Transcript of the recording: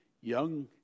young